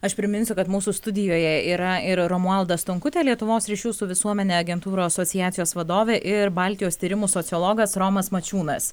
aš priminsiu kad mūsų studijoje yra ir romualda stonkutė lietuvos ryšių su visuomene agentūrų asociacijos vadovė ir baltijos tyrimų sociologas romas mačiūnas